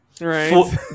Right